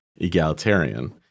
egalitarian